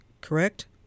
correct